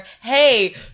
hey